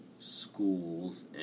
schools